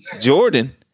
Jordan